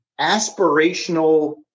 aspirational